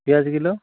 ପିଆଜ କିଲୋ